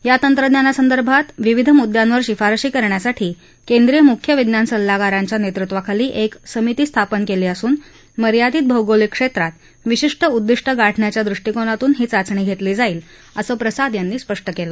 या तंत्रज्ञानासंदर्भात विविध मुद्द्यांवर शिफारसी करण्यासाठी केंद्रीय मुख्य विज्ञान सल्लागारांच्या नेतृत्वाखाली एक समिती स्थापन केली असून मर्यादित भौगोलिक क्षेत्रात विशिष्ट उद्दिष्ट गाठण्याच्या दृष्टीकोनातून ही चाचणी घेतली जाईल असं प्रसाद यांनी स्पष्टं केलं